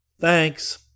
Thanks